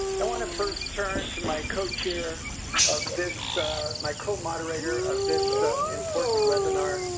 i want to first turn to my co-chair of this my co-moderator of this important webinar,